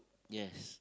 yes